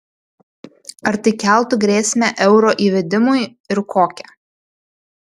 ar tai keltų grėsmę euro įvedimui ir kokią